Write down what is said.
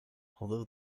although